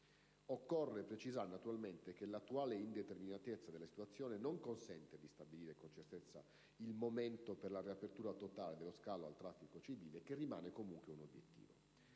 Occorre precisare che l'attuale indeterminatezza della situazione non consente di stabilire con certezza il momento per la riapertura totale dello scalo al traffico civile, che rimane comunque un obiettivo.